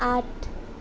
আঠ